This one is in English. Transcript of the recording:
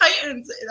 Titans